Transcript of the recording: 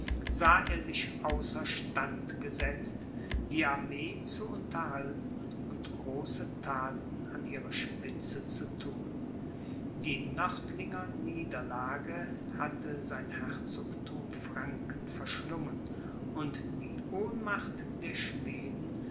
sah er sich außer stand gesetzt die armee zu unterhalten und große thaten an ihrer spitze zu thun die nördlinger niederlage hatte sein herzogthum franken verschlungen und die ohnmacht der schweden